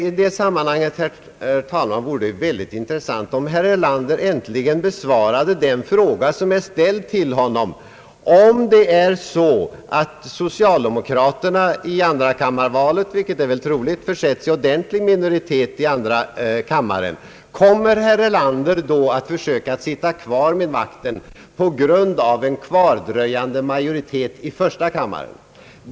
I detta sammanhang, herr talman, vore det intressant om herr Erlander äntligen besvarade den fråga som är ställd till honom: Om socialdemokraterna i valet försätts i en ordentlig minoritet i andra kammaren, vilket är troligt, kommer herr Erlander då att försöka sitta kvar vid makten på grund av en kvardröjande majoritet i första kammaren?